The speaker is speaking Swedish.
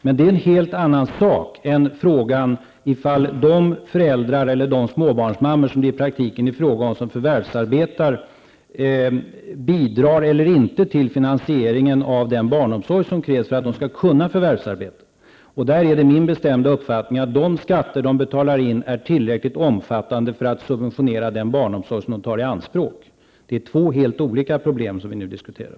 Men det är en helt annan sak än frågan ifall de föräldrar som förvärvsarbetar -- eller de småbarnsmammor, som det i praktiken är frågan om -- bidrar eller inte till finansieringen av den barnomsorg som krävs för att de skall kunna förvärvsarbeta. Där är det min bestämda uppfattning att de skatter de betalar in är tillräckligt omfattande för att subventionera den barnomsorg som de tar i anspråk. Det är två helt olika problem som vi nu diskuterar.